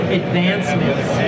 advancements